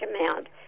amount